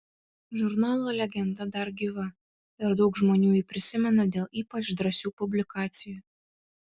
žurnalo legenda dar gyva ir daug žmonių jį prisimena dėl ypač drąsių publikacijų